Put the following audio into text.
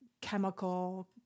chemical